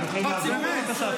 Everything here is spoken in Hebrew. אתם יכולים לעזור לו, בבקשה?